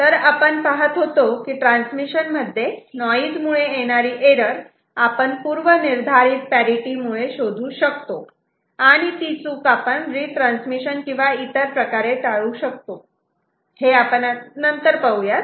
तर आपण पहात होतो की ट्रान्समिशन मध्ये नॉइज मुळे येणारी एरर आपण पूर्वनिर्धारित पॅरिटि मुळे शोधू शकतो आणि ती चूक आपण रिट्रान्समिशन किंवा इतर प्रकारे टाळू शकतो हे आपण नंतर पाहू